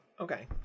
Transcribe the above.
Okay